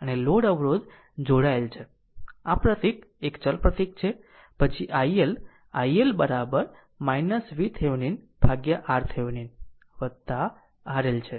અને લોડ અવરોધ જોડાયેલ છે આ પ્રતીક એક ચલ પ્રતીક છે પછી iL iL VThevenin ભાગ્યા RThevenin RL છે